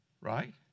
Right